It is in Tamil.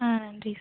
ஆ நன்றி சார்